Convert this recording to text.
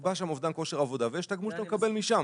נקבע שם אובדן כושר עבודה ויש תגמול אותו אתה מקבל משם.